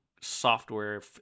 software